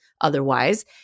otherwise